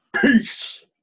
peace